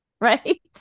right